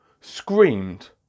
screamed